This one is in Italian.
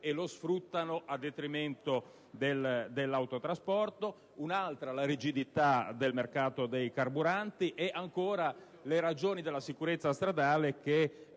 e lo sfruttano a detrimento dell'autotrasporto. In secondo luogo, la rigidità del mercato dei carburanti. E, ancora, le ragioni della sicurezza stradale, che